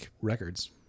records